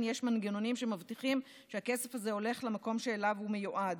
יש מנגנונים שמבטיחים שהכסף הזה הולך למקום שאליו הוא מיועד.